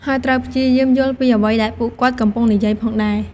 ហើយត្រូវព្យាយាមយល់ពីអ្វីដែលពួកគាត់កំពុងនិយាយផងដែរ។